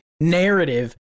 narrative